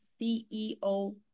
CEO